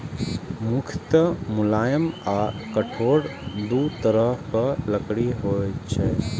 मुख्यतः मुलायम आ कठोर दू तरहक लकड़ी होइ छै